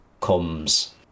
comes